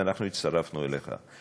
ואנחנו הצטרפנו אליך,